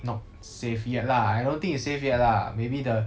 not safe yet lah I don't think it's safe yet lah maybe the